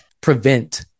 prevent